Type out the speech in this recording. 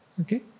Okay